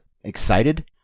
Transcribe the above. excited